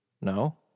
No